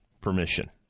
permission